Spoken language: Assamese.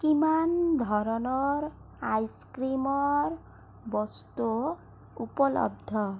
কিমান ধৰণৰ আইচক্ৰীমৰ বস্তু উপলব্ধ